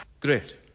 Great